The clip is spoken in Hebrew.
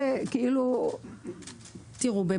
אמרתי,